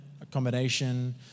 accommodation